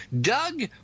Doug